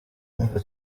mpamvu